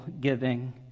giving